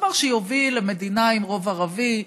דבר שיוביל למדינה עם רוב ערבי,